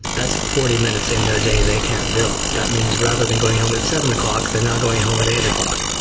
that's forty minutes in their day they can't bill. that means rather than going home at seven o'clock, they're now going home at eight o'clock.